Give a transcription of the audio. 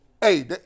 hey